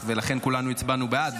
ולכן כולנו הצבענו בעד,